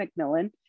McMillan